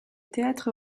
théâtre